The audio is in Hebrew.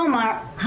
כלומר,